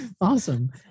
Awesome